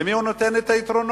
למי הוא נותן את היתרונות?